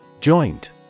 Joint